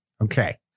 Okay